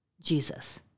Jesus